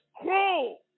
cruel